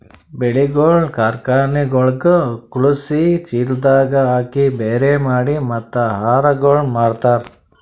ಬೆಳಿಗೊಳ್ ಕಾರ್ಖನೆಗೊಳಿಗ್ ಖಳುಸಿ, ಚೀಲದಾಗ್ ಹಾಕಿ ಬ್ಯಾರೆ ಮಾಡಿ ಮತ್ತ ಆಹಾರಗೊಳ್ ಮಾರ್ತಾರ್